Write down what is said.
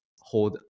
hold